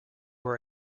were